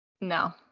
no